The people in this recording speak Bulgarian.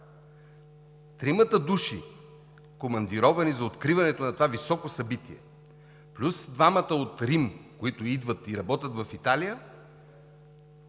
тримата командировани за това високо събитие плюс двамата от Рим, които идват и работят в Италия,